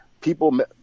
people